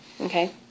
Okay